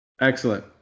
Excellent